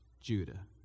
Judah